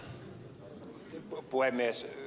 arvoisa puhemies